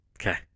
Okay